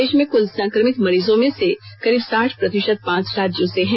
देश में कुल संक्रमित मरीजों में से करीब साठ प्रतिशत पांच राज्यों से हैं